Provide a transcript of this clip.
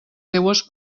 seues